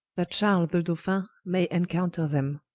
that charles the dolphin may encounter them